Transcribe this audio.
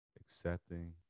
accepting